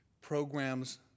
programs